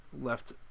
left